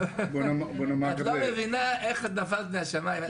את לא מבינה איך נפלת מהשמיים.